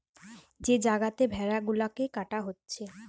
যে জাগাতে ভেড়া গুলাকে কাটা হচ্ছে